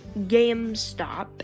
GameStop